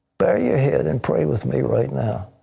bow your head and pray with me right now.